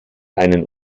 einen